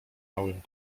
małym